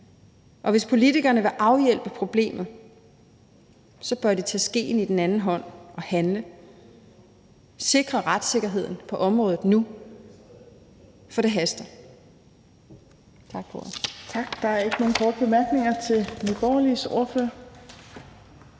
og hvis politikerne vil afhjælpe problemet, bør de tage skeen i den anden hånd og handle og sikre retssikkerheden på området nu, for det haster.